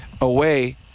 away